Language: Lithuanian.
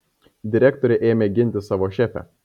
direktorė ėmė ginti savo šefę